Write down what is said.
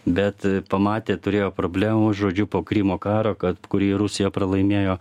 bet pamatė turėjo problemų žodžiu po krymo karo kad kurį rusija pralaimėjo